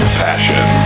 passion